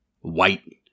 white